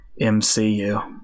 MCU